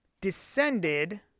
descended